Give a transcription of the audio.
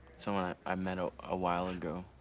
someone i i met a ah while ago,